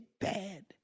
bad